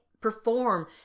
perform